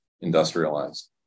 industrialized